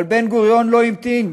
אבל בן-גוריון לא המתין,